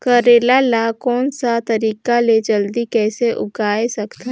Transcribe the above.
करेला ला कोन सा तरीका ले जल्दी कइसे उगाय सकथन?